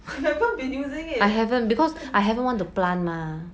you have not been using it because I have one plant a